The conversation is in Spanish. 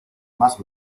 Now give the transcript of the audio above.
más